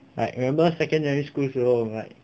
like remember secondary school 时候 like